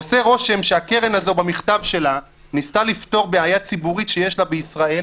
עושה רושם שהקרן הזו במכתב שלה ניסתה לפתור בעיה ציבורית שיש לה בישראל,